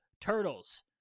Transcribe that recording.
turtles